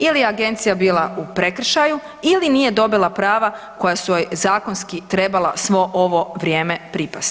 Ili je Agencija bila u prekršaju, ili nije dobila prava koja su joj zakonski trebala svo ovo vrijeme pripasti.